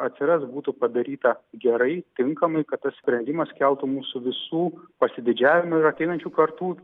atsiras būtų padaryta gerai tinkamai kad tas sprendimas keltų mūsų visų pasididžiavimą ir ateinančių kartų